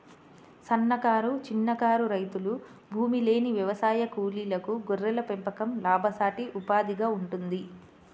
సన్నకారు, చిన్నకారు రైతులు, భూమిలేని వ్యవసాయ కూలీలకు గొర్రెల పెంపకం లాభసాటి ఉపాధిగా ఉంటుంది